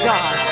God